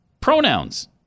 pronouns